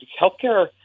healthcare